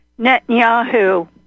Netanyahu